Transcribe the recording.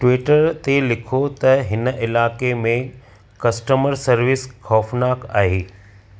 Twitter ते लिखो त हिन इलाइक़े में कस्टमरु सर्विस ख़ौफ़नाक आहे